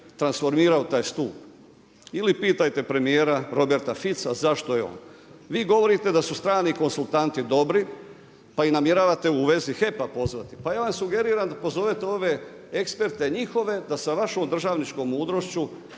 transformirao taj stup. Ili pitajte premjera Roberta Fitza, zašto je on. Vi govorite da su strani konzultanti dobri, pa ih namjeravate u vezi HEP-a pozvati. Pa ja vam sugeriram da pozovete ove eksperte njihove da sa vašom državničkom mudrošću